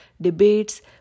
debates